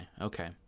okay